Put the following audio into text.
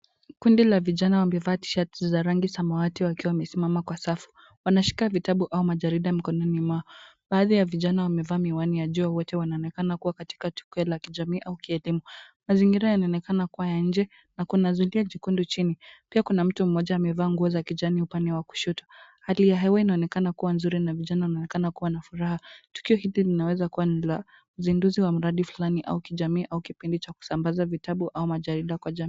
Kundi la vijana wamevaa tishati za rangi samawati wakiwa misimama kwa safu. Wanashika vitabu au majarida mkononi mwao. Baadhi ya vijana wamevaa miwani ya jua, wote wananakana kuwa katika tukio la kijamii au kielimu. Mazingira yananakana kuwa ya nje, na kuna zulia jekundu chini. Pia kuna mtu mmoja amevaa nguo za kijani upande wa kushoto. Hali ya hewa inanakana kuwa nzuri na vijana wanakana kuwa na furaha. Tukio hili linaweza kuwa la mzinduzi wa mradi fulani au kijamii au kipindi cha kusambaza vitabu au majarida kwa jamii.